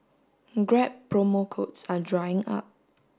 grab promo codes are drying up